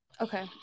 Okay